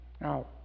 Now